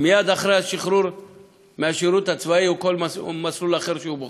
מייד אחרי השחרור מהשירות הצבאי או כל מסלול אחר שהם בחרו.